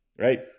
right